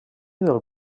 del